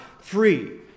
free